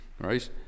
right